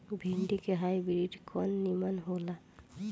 भिन्डी के हाइब्रिड कवन नीमन हो ला?